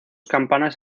campanas